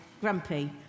Grumpy